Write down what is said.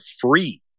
free